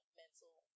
mental